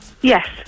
Yes